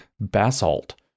basalt